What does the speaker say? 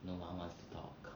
no one wants to talk